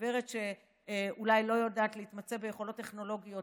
לגברת שאולי לא יודעת להתמצא ביכולות טכנולוגיות,